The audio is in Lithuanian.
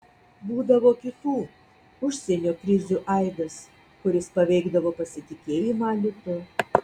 būdavo kitų užsienio krizių aidas kuris paveikdavo pasitikėjimą litu